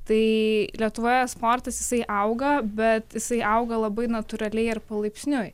tai lietuvoje esportas jisai auga bet jisai auga labai natūraliai ir palaipsniui